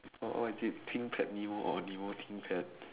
oh what is it Thinkpad nemo or nemo Thinkpad